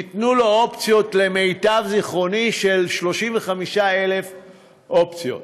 ניתנו לו אופציות, למיטב זיכרוני, 35,000 אופציות.